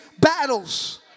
battles